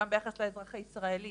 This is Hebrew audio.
גם ביחס לאזרח הישראלי,